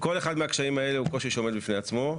כל אחד מהקשיים האלה הוא קושי שעומד בפני עצמו,